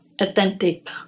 authentic